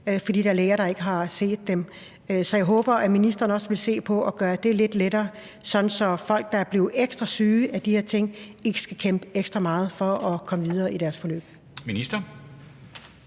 fordi der er læger, der ikke har set dem. Så jeg håber, at ministeren også vil se på at gøre det lidt lettere, sådan at folk, der er blevet ekstra syge af de her ting, ikke skal kæmpe ekstra meget for at komme videre i deres forløb.